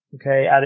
okay